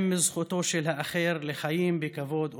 מזכותו של האחר לחיים בכבוד ובחירות.